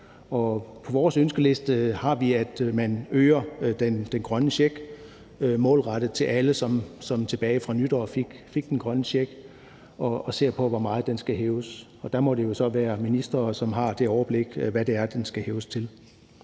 på vores ønskeliste har vi, at man øger den grønne check målrettet alle dem, som tilbage ved nytår fik den grønne check, og at man ser på, hvor meget den skal hæves, og der må det så være ministeren, som har det overblik over, hvor meget den skal hæves.